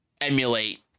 emulate